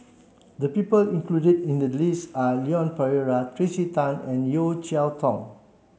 the people included in the list are Leon Perera Tracey Tan and Yeo Cheow Tong